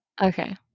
Okay